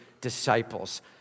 disciples